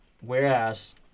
Whereas